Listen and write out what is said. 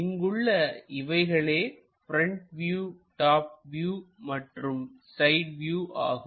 இங்குள்ள இவைகளே front view top view மற்றும் சைடு வியூ ஆகும்